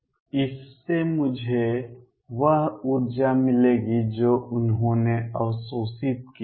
इससे मुझे वह ऊर्जा मिलेगी जो उन्होंने अवशोषित की थी